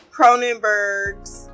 Cronenbergs